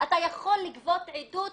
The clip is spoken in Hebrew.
אתה יכול לגבות עדות